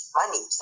money